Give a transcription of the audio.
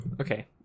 Okay